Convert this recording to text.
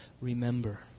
remember